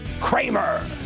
Kramer